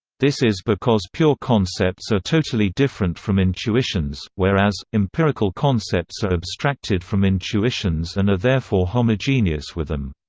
this is because pure concepts are totally different from intuitions whereas, empirical concepts are abstracted from intuitions and are therefore homogeneous with them.